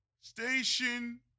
station